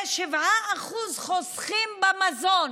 7% חוסכים במזון.